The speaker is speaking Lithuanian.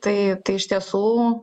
tai tai iš tiesų